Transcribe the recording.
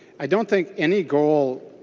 i don't think any goal